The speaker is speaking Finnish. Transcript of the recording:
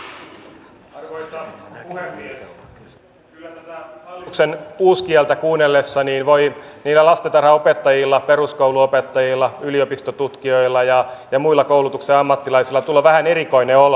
kyllä tätä hallituksen uuskieltä kuunnellessa voi lastentarhanopettajille peruskoulunopettajille yliopistotutkijoille ja muille koulutuksen ammattilaisille tulla vähän erikoinen olo